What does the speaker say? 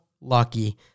lucky